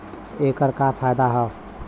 ऐकर का फायदा हव?